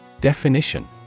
Definition